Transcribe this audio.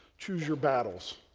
choose your battles.